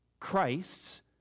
Christ's